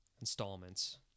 installments